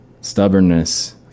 stubbornness